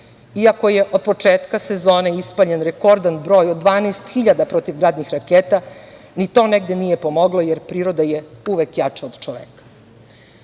iako je od početka sezone ispaljen rekordan broj od 12.000 protivgradnih raketa, ni to negde nije pomoglo, jer priroda je uvek jača od